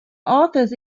authors